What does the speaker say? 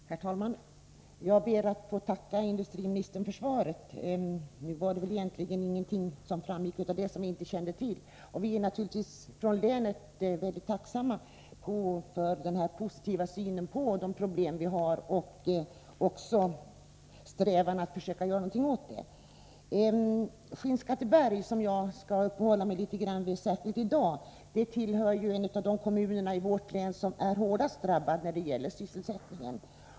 Herr talman! Jag ber att få tacka industriministern för svaret. Nu framgick det väl egentligen ingenting av svaret som vi inte redan kände till. Vi från länet är naturligtvis mycket tacksamma för den positiva synen på de problem vi har och regeringens strävan att göra någonting åt dem. Skinnskatteberg, som jag skall uppehålla mig lietet vid i dag, är ju en av de kommuner i vårt län som drabbats hårdast av arbetslöshet.